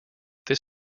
this